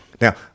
Now